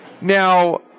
Now